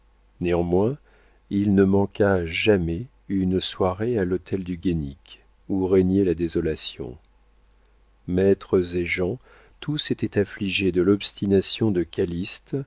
néanmoins il ne manqua jamais une soirée à l'hôtel du guénic où régnait la désolation maîtres et gens tous étaient affligés de l'obstination de calyste